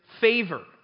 favor